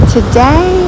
Today